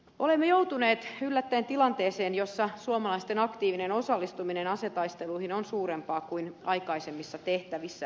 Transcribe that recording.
olemme joutuneet yllättäen tilanteeseen jossa suomalaisten aktiivinen osallistuminen asetaisteluihin on suurempaa kuin aikaisemmissa tehtävissämme